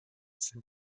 sind